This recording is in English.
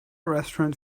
restaurant